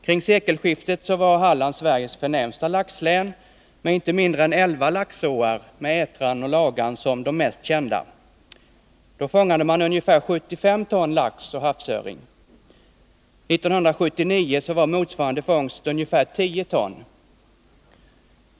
Kring sekelskiftet var Halland Sveriges förnämsta laxlän med inte mindre än elva laxåar, med Ätran och Lagan som de mest kända. Då fångade man ungefär 75 ton lax och havsöring. 1979 var motsvarande fångst ungefär 10 ton.